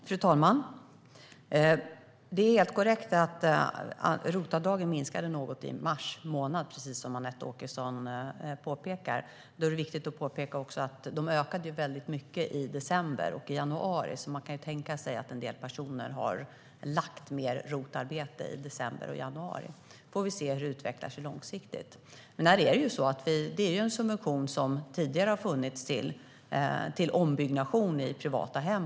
Fru talman! Det är helt korrekt att ROT-avdragen minskade något i mars månad, precis som Anette Åkesson påpekar. Men då är det också viktigt att påpeka att de ökade väldigt mycket i december och januari. Man kan tänka sig att en del personer har lagt mer ROT-arbete i december och januari. Vi får se hur det utvecklas långsiktigt. ROT-avdrag är en subvention som tidigare har funnits till ombyggnation i privata hem.